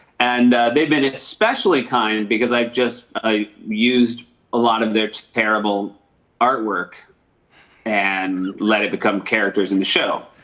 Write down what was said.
and they've been especially kind because i've just ah used a lot of their terrible artwork and let it become characters in the show.